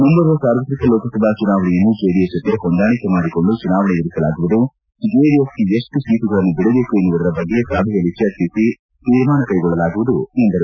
ಮುಂಬರುವ ಸಾರ್ವತ್ರಿಕ ಲೋಕಸಭಾ ಚುನಾವಣೆಯನ್ನು ಜೆಡಿಎಸ್ ಜೊತೆ ಹೊಂದಾಣಿಕೆ ಮಾಡಿಕೊಂಡು ಚುನಾವಣೆ ಎದುರಿಸಲಾಗುವುದು ಜೆಡಿಎಸ್ಗೆ ಎಷ್ಟು ಸೀಟುಗಳನ್ನು ಬಿಡಬೇಕು ಎನ್ನುವುದರ ಬಗ್ಗೆ ಸಭೆಯಲ್ಲಿ ಚರ್ಚಿಸಿ ತೀರ್ಮಾನ ಕೈಗೊಳ್ಳಲಾಗುವುದು ಎಂದರು